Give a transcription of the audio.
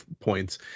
points